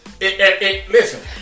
Listen